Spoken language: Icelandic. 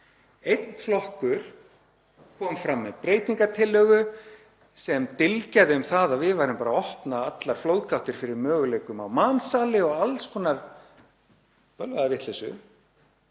Einn flokkur kom fram með breytingartillögu sem dylgjaði um það að við værum bara að opna allar flóðgáttir fyrir möguleikum á mansali og alls konar bölvaða vitleysu